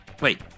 Wait